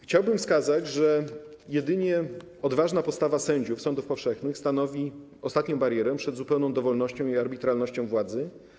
Chciałbym wskazać, że jedynie odważna postawa sędziów sądów powszechnych stanowi ostatnią barierę przed zupełną dowolnością i arbitralnością władzy.